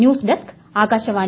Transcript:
news desk Akashvani